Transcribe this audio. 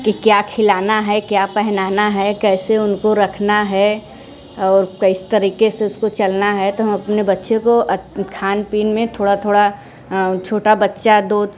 कि क्या खिलाना है क्या पहनना है कैसे उनका रखना है और किस तरीके से उसको चलना है तो हम अपने बच्चों को खान पीन में थोड़ा थोड़ा छोटा बच्चा